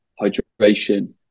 hydration